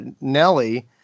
Nelly